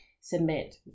submit